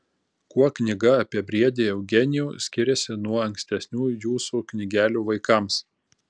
kuo knyga apie briedį eugenijų skiriasi nuo ankstesnių jūsų knygelių vaikams